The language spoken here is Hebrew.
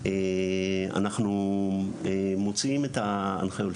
אנחנו מוציאים את ההנחיות,